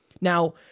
Now